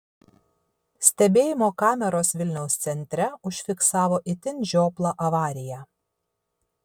stebėjimo kameros vilniaus centre užfiksavo itin žioplą avariją